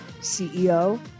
CEO